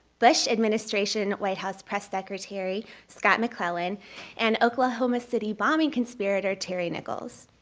bush administration white house press secretary, scott mcclellan and oklahoma city bombing conspirator terry nichols.